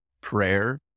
Prayer